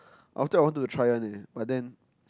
after I wanted to try one leh but then